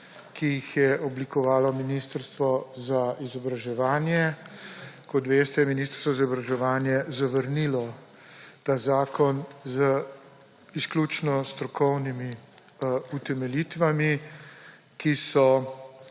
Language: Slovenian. ki jih je oblikovalo ministrstvo za izobraževanje. Kot veste, je ministrstvo za izobraževanje zavrnilo ta zakon z izključno strokovnimi utemeljitvami, ki so